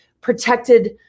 protected